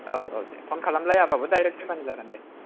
औ औ दे फन खालामलायाबाबो दाइरेक्ट फैबानो जागोन दे